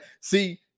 see